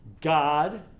God